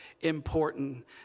important